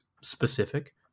specific